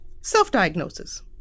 Self-diagnosis